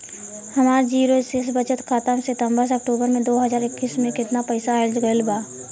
हमार जीरो शेष बचत खाता में सितंबर से अक्तूबर में दो हज़ार इक्कीस में केतना पइसा आइल गइल बा?